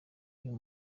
uyu